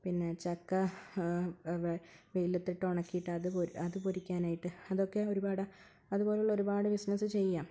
പിന്നെ ചക്ക വെയിലത്തിട്ട് ഒണക്കിയിട്ട് അത് അതു പൊരിക്കാനായിട്ട് അതൊക്കെ ഒരുപാട് അതുപോലുള്ള ഒരുപാട് ബിസിനസ്സ് ചെയ്യാം